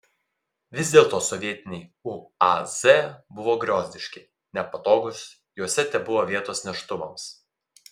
vis dėlto sovietiniai uaz buvo griozdiški nepatogūs juose tebuvo vietos neštuvams